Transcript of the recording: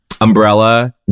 umbrella